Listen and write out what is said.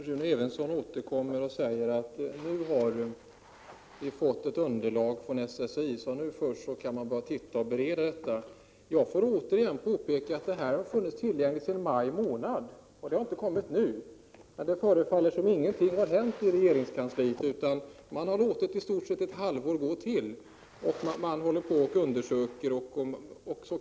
Herr talman! Rune Evensson säger nu att vi har fått ett underlag från SSI och att vi först nu kan bereda detta. Låt mig återigen påpeka att det har funnits tillgängligt sedan maj månad. Det har alltså inte kommit nu. Men det förefaller som om ingenting har hänt från regeringskansliets sida, utan man har låtit i stort sett ytterligare ett halvår förflyta med hänvisning till att undersökningar pågår.